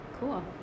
cool